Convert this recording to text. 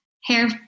hair